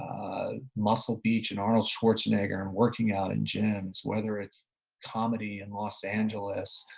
ah muscle beach and arnold schwarzenegger and working out in gyms, whether it's comedy in los angeles.